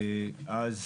אז